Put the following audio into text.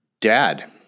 dad